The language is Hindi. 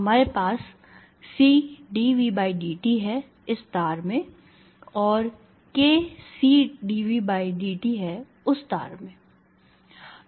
हमारे पास CdVdt है इस तार में और kCdVdtउस तार में है